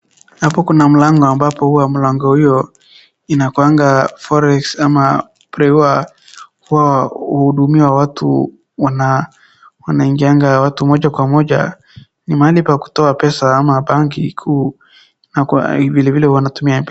Hapo kuna mlango ambapo huwa mlango huyo inakuanga Forex ama Burea huwa kuhudumia watu wanaingianga mtu moja kwa moja . Ni mahali pakutoa pesa ama Bank [c]kuu na vilevile wanatumia.